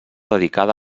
dedicada